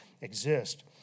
exist